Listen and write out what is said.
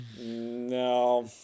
No